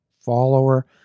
follower